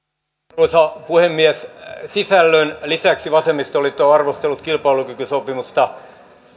arvoisa puhemies sisällön lisäksi vasemmistoliitto on arvostellut kilpailukykysopimusta